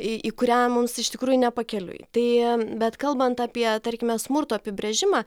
į kurią mums iš tikrųjų ne pakeliui tai bet kalbant apie tarkime smurto apibrėžimą